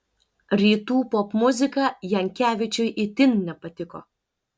rytų popmuzika jankevičiui itin nepatiko